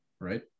right